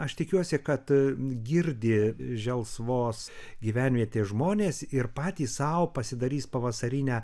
aš tikiuosi kad girdi želsvos gyvenvietės žmonės ir patys sau pasidarys pavasarinę